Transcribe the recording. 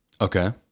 Okay